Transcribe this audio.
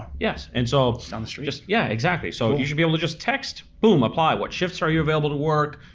yeah and so down the street. yeah exactly. so and you should be able to just text, boom, apply. what shifts are you available to work,